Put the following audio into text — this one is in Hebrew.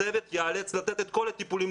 הצוות ייאלץ לתת את כל הטיפולים,